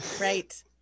right